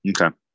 Okay